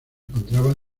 encontraba